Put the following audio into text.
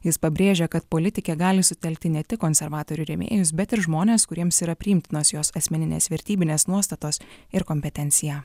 jis pabrėžia kad politikė gali sutelkti ne tik konservatorių rėmėjus bet ir žmones kuriems yra priimtinos jos asmeninės vertybinės nuostatos ir kompetencija